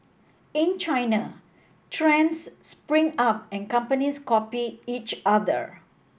in China trends spring up and companies copy each other